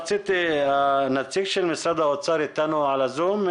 יש נציג של משרד האוצר איתנו בזום?